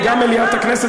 וגם מליאת הכנסת,